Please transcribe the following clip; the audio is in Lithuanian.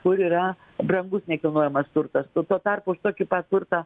kur yra brangus nekilnojamas turtas o tuo tarpu už tokį pat turtą